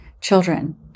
children